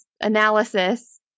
analysis